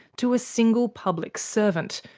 to a single public servant,